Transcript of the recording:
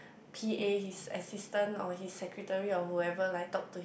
P_A his assistant or his secretary of whoever like talk to him